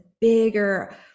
bigger